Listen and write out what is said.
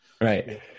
Right